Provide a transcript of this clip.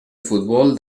futbol